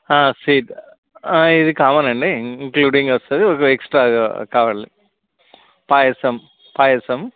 sweet ఇది common అండి including వస్తుంది ఒక ఎక్స్ట్రాగా కావాలి పాయసం పాయసం